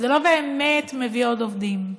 זה לא באמת מביא עוד עובדים.